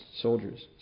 soldiers